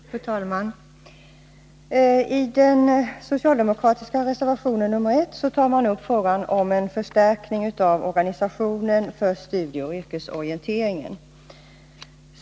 Fru talman! I den socialdemokratiska reservationen nr 1 tar man upp frågan om en förstärkning av organisationen för studieoch yrkesorienteringen.